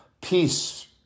peace